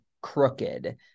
crooked